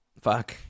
Fuck